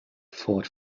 fought